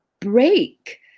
break